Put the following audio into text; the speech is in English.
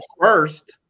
first